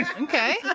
Okay